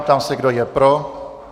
Ptám se, kdo je pro.